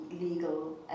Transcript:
legal